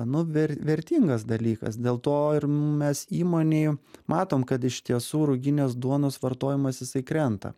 nu ver vertingas dalykas dėl to ir mes įmonėj matom kad iš tiesų ruginės duonos vartojimas jisai krenta